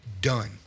done